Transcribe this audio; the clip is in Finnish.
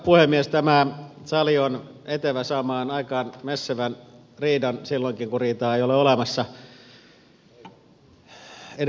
tämä sali on etevä saamaan aikaan messevän riidan silloinkin kun riitaa ei ole olemassa